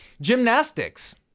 Gymnastics